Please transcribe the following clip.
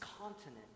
continent